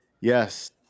Yes